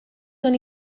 són